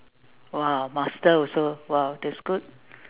!wah! master !wow! that's good